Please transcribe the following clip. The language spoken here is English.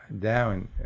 down